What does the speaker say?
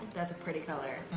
that's a pretty color,